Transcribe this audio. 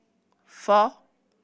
four